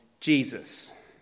Jesus